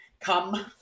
come